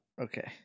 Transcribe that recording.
Okay